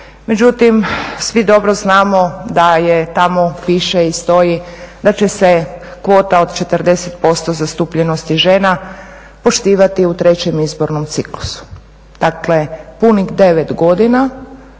međutim svi dobro znamo da tamo piše i stoji da će se kvota od 40% zastupljenosti žena poštivati u trećem izbornom ciklusu. Dakle punih 9 godina